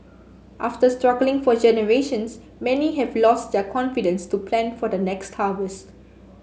after struggling for generations many have lost their confidence to plan for the next harvest